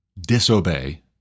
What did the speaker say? disobey